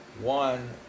one